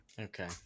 Okay